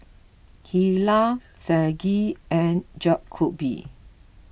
Hilah Saige and Jakobe